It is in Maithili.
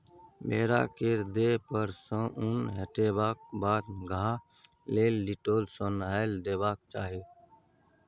भेड़ा केर देह पर सँ उन हटेबाक बाद घाह लेल डिटोल सँ नहाए देबाक चाही